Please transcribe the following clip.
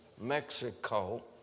Mexico